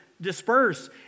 disperse